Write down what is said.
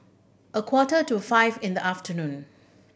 a quarter to five in the afternoon